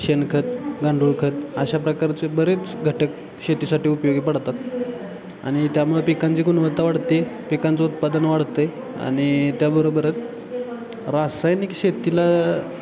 शेणखत गांडूळखत अशा प्रकारचे बरेच घटक शेतीसाठी उपयोगी पडतात आणि त्यामुळे पिकांची गुणवत्ता वाढते पिकांचं उत्पादन वाढत आहे आणि त्याबरोबरच रासायनिक शेतीला